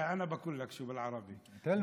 אתה יודע מה "אישי"?) (אומר בערבית: אני אגיד לך מה,) בערבית